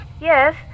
Yes